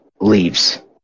leaves